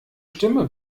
stimme